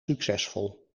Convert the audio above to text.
succesvol